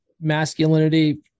masculinity